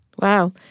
Wow